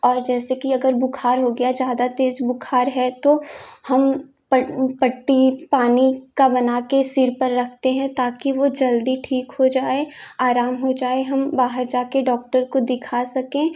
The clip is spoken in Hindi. और जैसे कि अगर बुखार हो गया ज़्यादा तेज बुखार है तो हम पट्टी पानी का बना के सिर पर रखते हैं ताकि वो जल्दी ठीक हो जाए आराम हो जाए हम बाहर जा के डॉक्टर को दिखा सकें